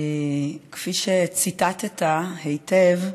כפי שציטטת היטב,